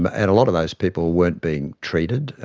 but and a lot of those people weren't being treated,